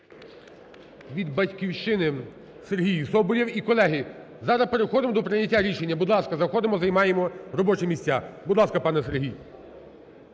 Від "Батьківщини" – Сергій Соболєв. І, колеги, зараз переходимо до прийняття рішення, будь ласка, заходимо, займаємо робочі місця. Будь ласка, пане Сергій.